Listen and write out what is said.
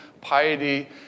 piety